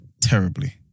terribly